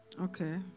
Okay